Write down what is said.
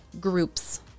groups